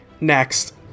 Next